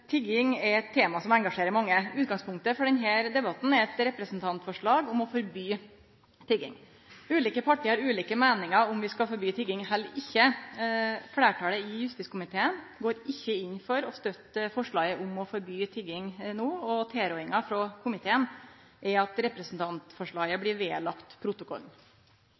Tigging er eit tema som engasjerer mange. Utgangspunktet for denne debatten er eit representantforslag om å forby tigging. Ulike parti har ulike meiningar om vi skal forby tigging eller ikkje. Fleirtalet i justiskomiteen går ikkje inn for å støtte forslaget om å forby tigging no, og tilrådinga frå komiteen er at representantforslaget blir lagt ved protokollen.